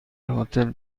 هتل